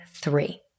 Three